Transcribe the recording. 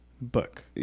book